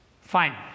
Fine